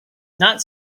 not